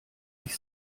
ich